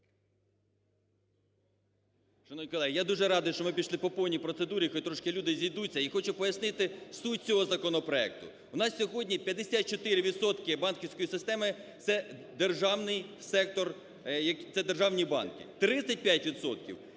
Шановні колеги! Я дуже радий, що ми пішли по повній процедурі, хай люди трошки зійдуться і хочу пояснити суть цього законопроекту. У нас сьогодні 54 відсотки банківської системи це державний сектор, це державні банки.